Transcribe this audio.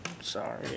Sorry